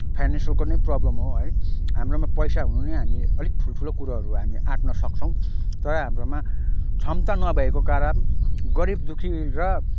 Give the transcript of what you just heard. फाइनेन्सियलको नै प्रब्लम हो है हाम्रोमा पैसा हुनु भने हामी अलिक ठुल्ठुलो कुरोहरू हामीहरू आँट्न सक्छौँ तर हाम्रोमा क्षमता नभएको कारण गरिब दुखी र